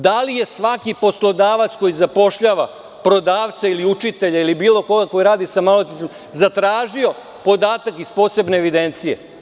Da li je svaki poslodavac, koji zapošljava prodavce, ili učitelje, ili bilo koga ko radi sa maloletnicima, zatražio podatak iz posebne evidencije?